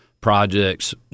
projects